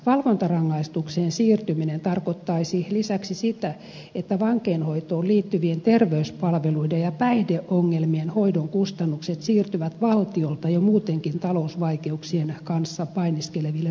valvontarangaistukseen siirtyminen tarkoittaisi lisäksi sitä että vankeinhoitoon liittyvien terveyspalveluiden ja päihdeongelmien hoidon kustannukset siirtyvät valtiolta jo muutenkin talousvaikeuksien kanssa painiskeleville kunnille